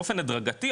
באופן הדרגתי,